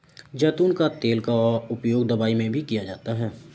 ज़ैतून का तेल का उपयोग दवाई में भी किया जाता है